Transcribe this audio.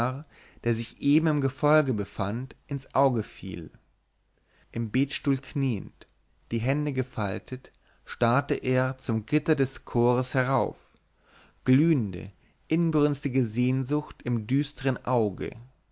der sich eben im gefolge befand ins auge fiel im betstuhl kniend die hände gefaltet starrte er zum gitter des chors herauf glühende inbrünstige sehnsucht im düstern auge